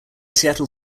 seattle